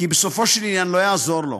כי בסופו של עניין לא יעזור לו,